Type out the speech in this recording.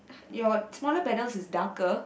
your smaller panels is darker